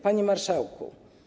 Panie Marszałku!